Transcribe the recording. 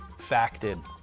facted